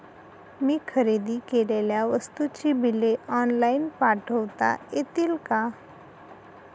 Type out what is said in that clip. मी खरेदी केलेल्या वस्तूंची बिले ऑनलाइन पाठवता येतील का?